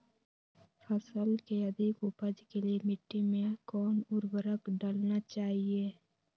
फसल के अधिक उपज के लिए मिट्टी मे कौन उर्वरक डलना चाइए?